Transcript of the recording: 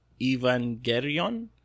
Evangelion